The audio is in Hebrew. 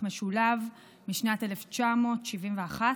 התשל"א 1971,